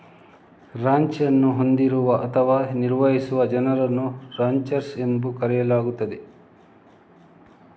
ranch ಅನ್ನು ಹೊಂದಿರುವ ಅಥವಾ ನಿರ್ವಹಿಸುವ ಜನರನ್ನು ರಾಂಚರ್ಸ್ ಎಂದು ಕರೆಯಲಾಗುತ್ತದೆ